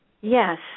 Yes